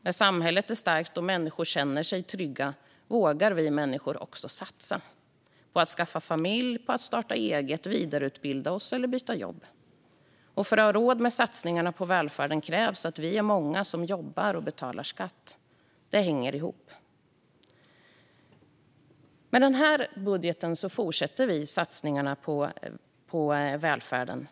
När samhället är starkt och människor känner sig trygga vågar vi människor också satsa - på att skaffa familj, att starta eget, vidareutbilda oss eller byta jobb. För att ha råd med satsningarna på välfärden krävs det att vi är många som jobbar och betalar skatt. Det hänger ihop. Med den här budgeten fortsätter vi satsningarna på välfärden.